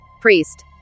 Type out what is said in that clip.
Priest